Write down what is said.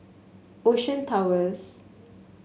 Ocean Towers